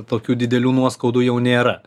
tokių didelių nuoskaudų jau nėra